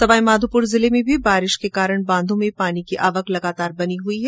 सवाईमाघोपुर जिले में भी बारिश के कारण बांधों में पानी की आवक लगातार बनी हुई है